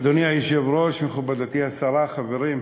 אדוני היושב-ראש, מכובדתי השרה, חברים,